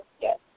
Yes